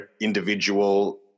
individual